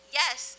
yes